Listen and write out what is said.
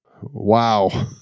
Wow